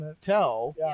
tell